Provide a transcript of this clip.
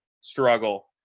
struggle